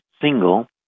single